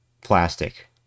plastic